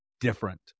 different